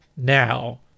now